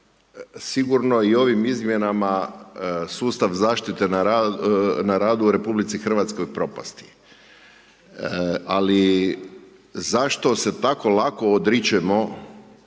sigurno i ovim izmjenama, sustav zaštite na radu u RH propasti. Ali, zašto se tako lako odričemo